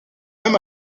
même